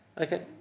Okay